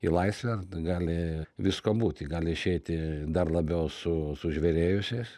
į laisvę gali visko būti gali išeiti dar labiau su sužvėrėjusiais